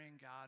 God